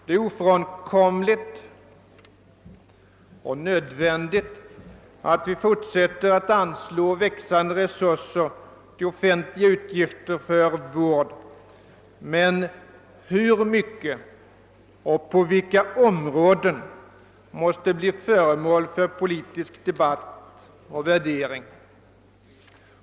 Det är ofrånkomligt och nödvändigt att vi fortsätter att anslå växande resurser till offentliga utgifter för vård, men hur mycket och på vilka områden vi skall satsa måste bli föremål för politisk debatt och värdering.